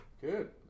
Good